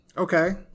Okay